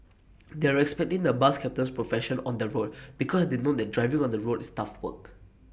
they're respecting the bus captain's profession on the road because had they know that driving on the road is tough work